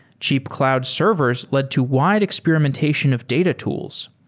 cheap cloud servers led to wide experimentation of data tools.